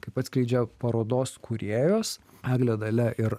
kaip atskleidžia parodos kūrėjos eglė dalia ir